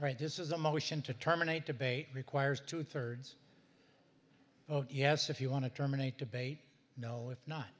right this is a motion to terminate debate requires two thirds vote yes if you want to terminate debate no if not